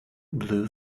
blue